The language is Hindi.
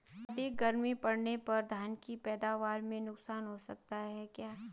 अधिक गर्मी पड़ने पर धान की पैदावार में नुकसान हो सकता है क्या?